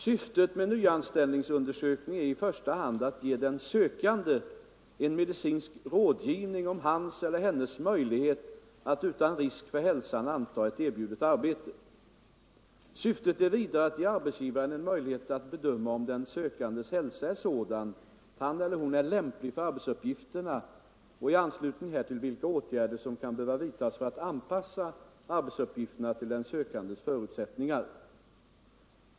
Syftet med nyanställningsundersökning är i första hand att ge den sökande en medicinsk rådgivning om hans möjlighet att utan risk för hälsan anta ett erbjudet arbete. Syftet är vidare att ge arbetsgivaren en möjlighet att bedöma om den sökandes hälsa är sådan att han är lämplig för arbetsuppgifterna och i anslutning härtill vilka åtgärder som kan behöva vidtas för att anpassa arbetsuppgifterna till den sökandes förutsättningar.